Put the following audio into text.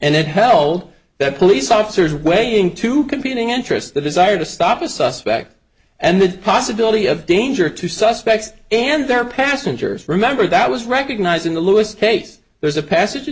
and it held that police officers waiting to competing interests the desire to stop a suspect and the possibility of danger to suspects and their passengers remember that was recognizing the lewis case there's a passage in